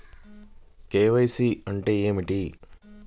KYC అంటే ఏమిటి?